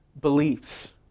beliefs